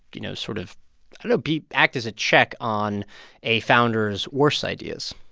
you know, sort of i don't know be act as a check on a founder's worst ideas?